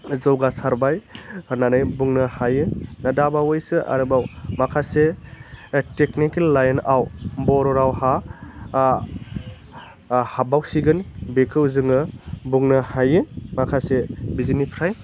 जौगासारबाय होन्नानै बुंनो हायो दा बावैसो आरोबाव माखासे टेकनिकेल लाइनआव बर' रावहा हाबबाव सिगोन बेखौ जोङो बुंनो हायो माखासे बिजोंनिफ्राय